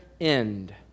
end